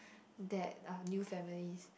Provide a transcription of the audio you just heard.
that are new families